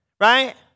Right